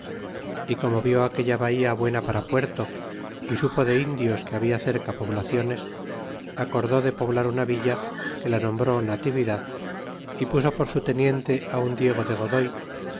y como vió aquella bahía buena para puerto y supo de indios que habla cerca poblaciones acordó de poblar una villa que la nombré natividad y puso por su teniente un diego de godoy